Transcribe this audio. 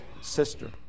sister